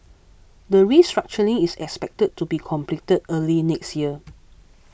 the restructuring is expected to be completed early next year